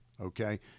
Okay